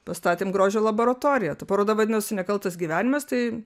pastatėm grožio laboratoriją ta paroda vadinosi nekaltas gyvenimas tai